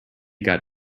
got